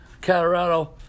Colorado